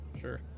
Sure